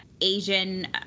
Asian